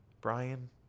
Brian